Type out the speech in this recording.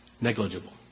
Negligible